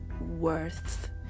worth